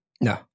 No